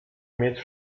mieć